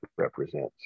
represents